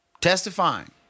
testifying